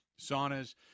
saunas